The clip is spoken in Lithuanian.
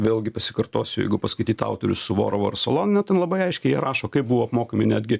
vėlgi pasikartosiu jeigu paskaityt autorius suvorovą ir soloniną ten labai aiškiai jie rašo kaip buvo apmokomi netgi